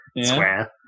square